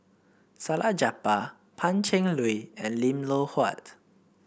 Salleh Japar Pan Cheng Lui and Lim Loh Huat